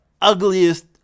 ugliest